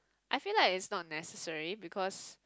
I feel like it's not necessary because